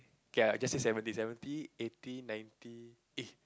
okay I'll just say seventy seventy eighty ninety eh